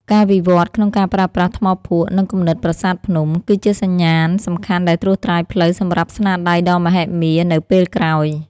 ការវិវត្តន៍ក្នុងការប្រើប្រាស់ថ្មភក់ និងគំនិតប្រាសាទភ្នំ គឺជាសញ្ញាណសំខាន់ដែលត្រួសត្រាយផ្លូវសម្រាប់ស្នាដៃដ៏មហិមានៅពេលក្រោយ។